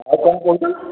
ଆଉ କ'ଣ କହୁଥିଲୁ